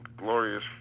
glorious